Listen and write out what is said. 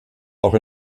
auch